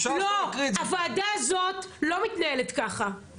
הוועדה הזאת לא מתנהלת ככה,